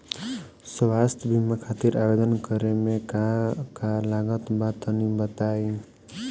स्वास्थ्य बीमा खातिर आवेदन करे मे का का लागत बा तनि बताई?